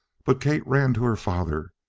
but kate ran to her father.